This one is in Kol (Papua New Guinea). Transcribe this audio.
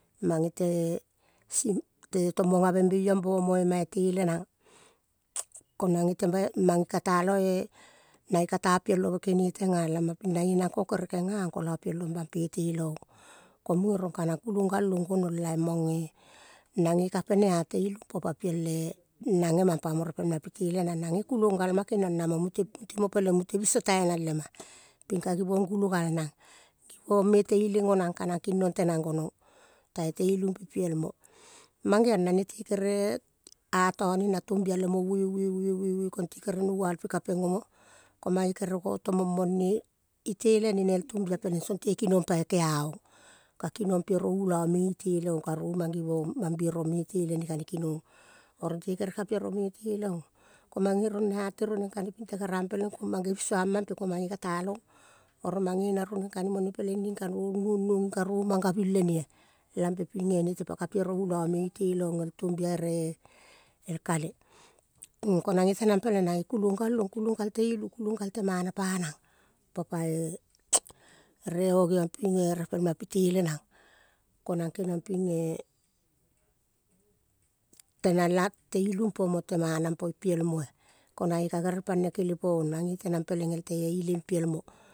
Mange te tomong be iyong bo mo mai tele, nang mange kata lo-e nanga kata piel love kene teng ah. Lam ma ping nange nang gong kere kenga ong kolo oielo mam pe tele ong, ko muge rong kanang kulo galong gonong la mong eh, nang ge ka pene. Ah. Teilu po pa piel eh nang gemang pa po repel ma pitele nang nange kulong gal ma keniong namo timo peleng mute biso tainang le ma ping ka givong gule, gal nang givong me te ileng onang ka nang kinong tenang gonong tai te ilum pe piel mo, mangeong na nete kere a tone na tombia le mo ue, ue, ue, ue, ue ko te kere nouwal pika peng omo ko mange kere gotomong mone itelene nel tombia peleng tong te kinong pai kea-ong, ka-keriong pero ulo me ite leong karu mang givong mam bero me itelene ka-ne kinong. Oro te kere ka peiro me te leong ko mange rong na ate roneng ping te karang peleng mang gebisua mam pe ko-mange kata long oro mange na ruoneng ka-ne none pelenging ning ka noru nuong nuong ning ka mam kabung lene ah. kimpe ping nete pa ka piero ule me iteleong el tombia ere el kale, ko-nange tenang peleng, nange kulogal long, kulo gal te ilu kulo gal temana panang po pa-e reo geong ping eh. Repel ma pitele nang, ko-nang keniong ping eh. Tenang la te ilum po mo te mana po piel mo-ah. Koi gange kagerel pale kele po-ong nange tenang peleng el te ileng piel mo.